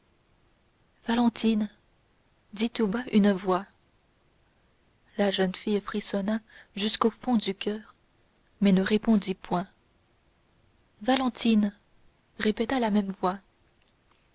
dit tout bas une voix la jeune fille frissonna jusqu'au fond du coeur mais ne répondit point valentine répéta la même voix